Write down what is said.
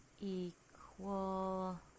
equal